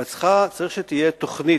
אבל צריך שתהיה תוכנית.